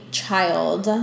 child